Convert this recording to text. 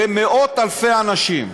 למאות-אלפי אנשים.